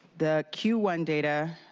the q one data